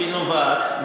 והיא נובעת,